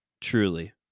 truly